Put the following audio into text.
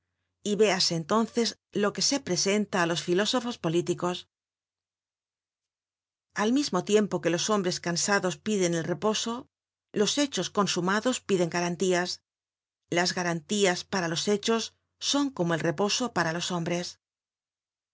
y véase entonces lo que se presenta á los filósofos políticos al mismo tiempo que los hombres cansados piden el reposo los hechos consumados piden garantías las garantías para los hechos son como el reposo para los hombres